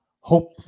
hope